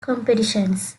competitions